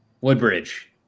Woodbridge